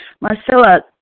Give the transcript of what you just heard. Marcella